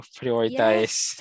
prioritize